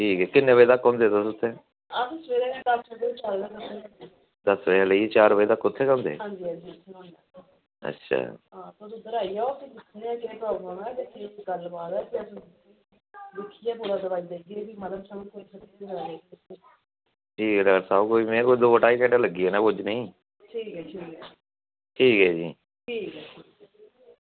ठीक ऐ किन्नें बज़े तक होंदे तुस उत्थें दस बज़े कशा दा लेइयै चार बज़े तक उत्थें गै होंदे अच्छा हां तुस इध्दर आई जाओ ठीक ऐ डाक्टर साह्ब में कोई दो ढाई घैंटे लग्गी जानें पुज्जनें गी ठीक ऐ फ्ही